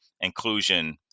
inclusion